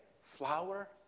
flour